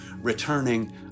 returning